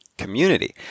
Community